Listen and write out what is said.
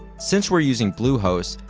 since we're using bluehost,